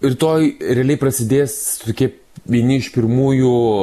rytoj realiai prasidės tokie vieni iš pirmųjų